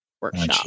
workshop